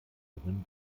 worin